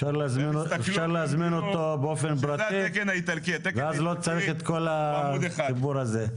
אפשר להזמין אותו באופן פרטי ואז לא צריך את כל הסיפור הזה.